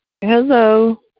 Hello